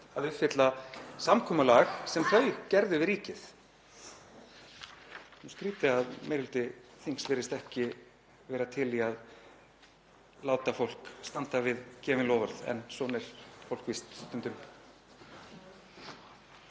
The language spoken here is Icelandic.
að uppfylla samkomulag sem þau gerðu við ríkið. Það er nú skrýtið að meiri hluti þings virðist ekki vera til í að láta fólk standa við gefin loforð en svona er fólk víst stundum.